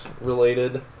related